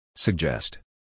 Suggest